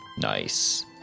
Nice